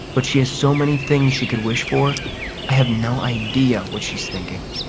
but she has so many things she could wish for i have no idea what she's thinking.